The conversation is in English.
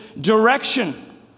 direction